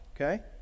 Okay